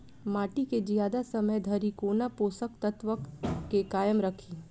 माटि केँ जियादा समय धरि कोना पोसक तत्वक केँ कायम राखि?